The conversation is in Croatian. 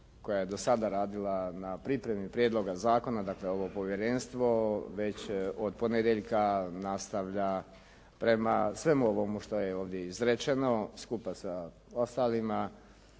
koja je do sada radila na pripremi prijedloga zakona, dakle ovo povjerenstvo već od ponedjeljka nastavlja prema svemu ovomu što je ovdje izrečeno skupa sa ostalima